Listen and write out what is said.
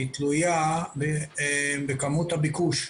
תלויים בכמות הביקוש.